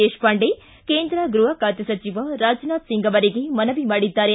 ದೇಶಪಾಂಡೆ ಕೇಂದ್ರ ಗೃಹ ಖಾತೆ ಸಚಿವ ರಾಜನಾಥ ಸಿಂಗ್ ಅವರಿಗೆ ಮನವಿ ಮಾಡಿದ್ದಾರೆ